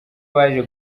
baje